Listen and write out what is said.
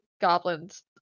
Goblins